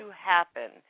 happen